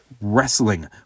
wrestling